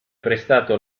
prestato